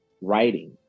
writing